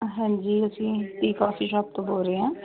ਹਾਂਜੀ ਅਸੀਂ tea coffee shop ਤੋਂ ਬੋਲ ਰਹੇ ਹਾਂ